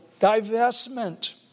divestment